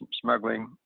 smuggling